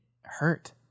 hurt